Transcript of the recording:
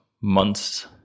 months